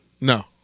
No